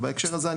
בהקשר הזה,